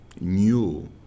new